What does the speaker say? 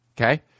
Okay